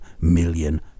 million